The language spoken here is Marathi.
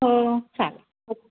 हो चालेल